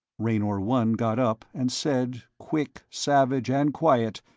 raynor one got up and said, quick, savage and quiet,